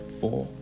four